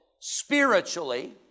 spiritually